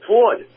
Ford